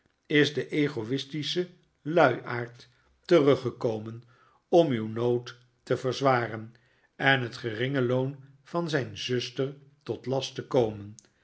is de ego'istische luiaard teruggekomen om uw nood te verzwaren en het geringe loon van zijn zuster tot last te komen